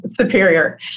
superior